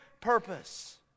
purpose